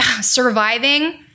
surviving